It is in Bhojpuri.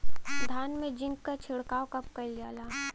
धान में जिंक क छिड़काव कब कइल जाला?